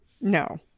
No